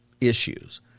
issues